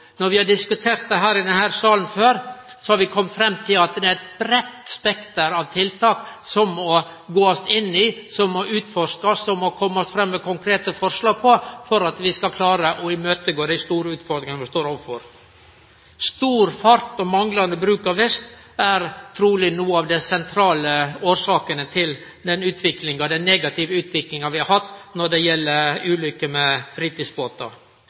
Når vi har diskutert dette i denne salen før, har vi kome fram til at det er eit breitt spekter av tiltak ein må gå inn i og utforske for å kome fram med konkrete forslag for at vi skal klare å møte dei store utfordringane vi står overfor. Stor fart og manglande bruk av vest er truleg nokre av dei sentrale årsakene til den negative utviklinga vi har hatt når det gjeld ulykker med fritidsbåtar.